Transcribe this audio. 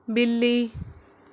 ਬਿੱਲੀ